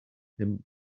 him